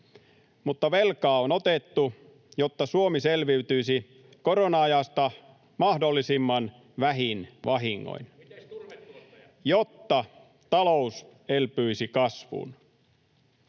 mutta velkaa on otettu, jotta Suomi selviytyisi korona-ajasta mahdollisimman vähin vahingoin, [Mauri Peltokangas: